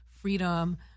freedom